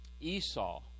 Esau